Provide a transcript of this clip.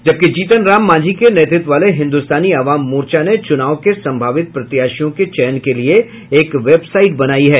जबकि जीतन राम मांझी के नेतृत्व वाले हिन्दुस्तानी आवाम मोर्चा ने चूनाव के संभावित प्रत्याशियों के चयन के लिये एक वेबसाइट बनायी है